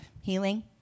Healing